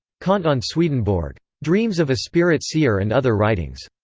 kant on swedenborg. dreams of a spirit-seer and other writings.